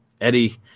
Eddie